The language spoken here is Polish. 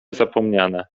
zapomniane